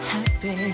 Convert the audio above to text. Happy